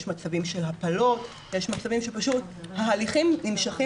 יש מצבים של הפלות ויש מצבים שפשוט ההליכים נמשכים